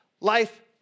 Life